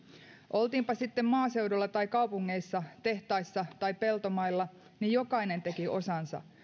oltiinpa sitten maaseudulla tai kaupungeissa tehtaissa tai peltomailla niin jokainen teki osansa